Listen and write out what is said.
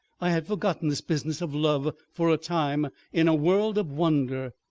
i had forgotten this business of love for a time in a world of wonder.